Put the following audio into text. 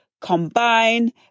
combine